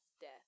death